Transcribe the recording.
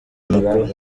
amakuru